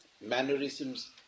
mannerisms